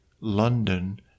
London